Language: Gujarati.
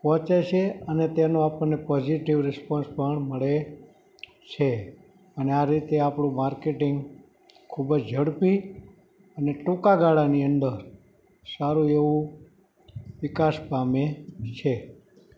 પહોંચે છે અને તેનો આપણને પોઝિટિવ રિસ્પોન્સ પણ મળે છે અને આ રીતે આપણું માર્કેટિંગ ખૂબ જ ઝડપી અને ટૂંકા ગાળાની અંદર સારું એવું વિકાસ પામે છે